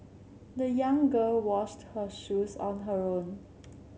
the young girl washed her shoes on her own